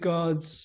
God's